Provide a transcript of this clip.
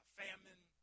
famine